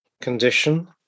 condition